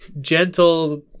gentle